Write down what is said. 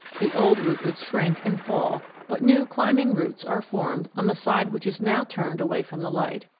the old rootlets shrink and fall, but new climbing roots are formed on the side which is now turned away from the light.